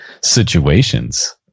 situations